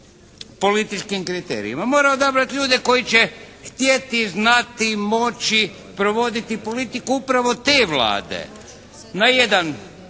političkim kriterijima. Mora odabrati ljude koji će htjeti, znati, moći provoditi politiku upravo te Vlade na jedan